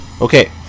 Okay